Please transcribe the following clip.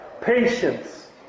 patience